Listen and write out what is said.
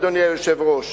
אדוני היושב-ראש.